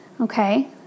Okay